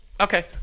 Okay